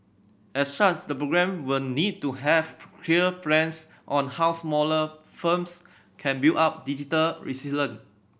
as such the programme will need to have clear plans on how smaller firms can build up digital resilient